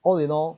all in all